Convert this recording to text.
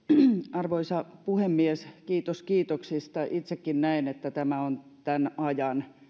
arvoisa puhemies kiitos kiitoksista itsekin näen että tämä on tämän ajan